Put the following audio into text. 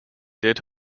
did